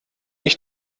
ich